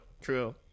true